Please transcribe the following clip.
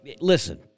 Listen